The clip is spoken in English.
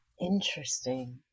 Interesting